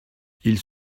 ils